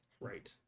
Right